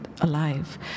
alive